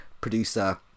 producer